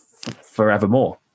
forevermore